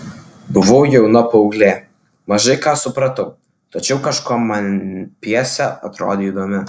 buvau jauna paauglė mažai ką supratau tačiau kažkuo man pjesė atrodė įdomi